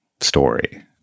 story